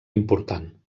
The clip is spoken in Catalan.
important